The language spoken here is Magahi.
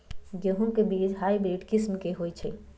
गेंहू के बीज हाइब्रिड किस्म के होई छई?